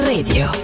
Radio